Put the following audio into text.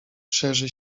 szerzy